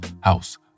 house